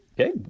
okay